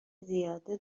زیاده